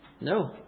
no